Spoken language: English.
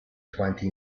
twenty